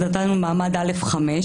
אז נתנו מעמד א'5,